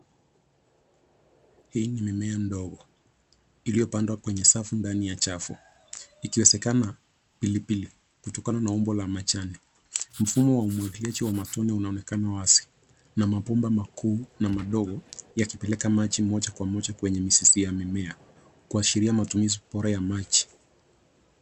Hii ni mimea ndogo iliyopandwa kwenye safu ndani ya chafu, ikiwezekana pilipili kutokana na umbo wa majani. Mfumo wa umwagiliaji wa matone unaonekana wazi na mabomba makuu na madogo yakipeleka maji moja kwa moja kwenye mizizi ya mimea kuashiria matumizi bora ya maji.